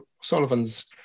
Sullivan's